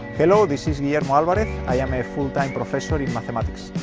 hello, this is guillermo alvarez, i am a full-time professor in mathematics.